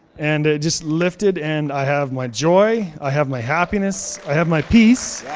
and it just lifted and i have my joy. i have my happiness. i have my peace.